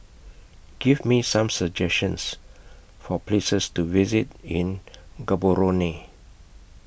Give Me Some suggestions For Places to visit in Gaborone